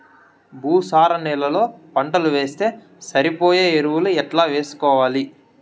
భూసార నేలలో పంటలు వేస్తే సరిపోయే ఎరువులు ఎట్లా వేసుకోవాలి?